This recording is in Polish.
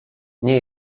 nie